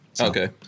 Okay